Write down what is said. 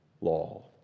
law